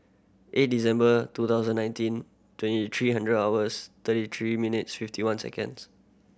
eight December two thousand nineteen twenty three hundred hours thirty three minutes fifty one seconds